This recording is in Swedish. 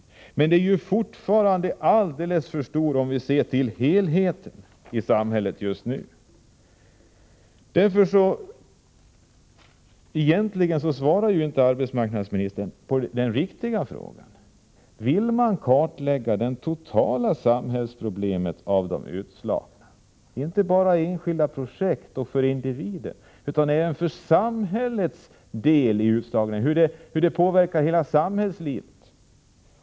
Om vi ser till helheten i samhället just nu är dock antalet långtidsarbetslösa alldeles för stort. Egentligen svarade inte arbetsmarknadsministern på den ställda frågan: Vill man kartlägga det totala samhällsproblemet med de utslagna? Det skall då inte bara handla om enskilda projekt och individer, utan det skall handla om hur utslagningens effekter påverkar hela samhällslivet.